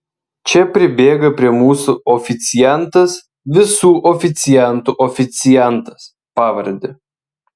čia pribėga prie mūsų oficiantas visų oficiantų oficiantas pavarde